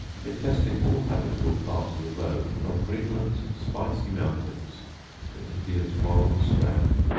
infesting all habitable parts of the globe, from greenland's spicy mountains to india's moral strand.